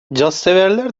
cazseverler